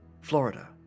Florida